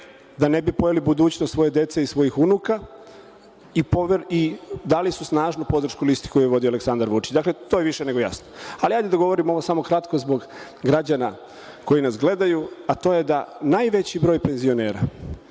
da ne bi pojeli budućnost svoje dece i svojih unuka i dali su snažnu podršku listi koju je vodio Aleksandar Vučić. Dakle, to je više nego jasno. Ali, ajde da govorimo samo kratko zbog građana koji nas gledaju, a to je da najveći broj penzionera